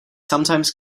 sometimes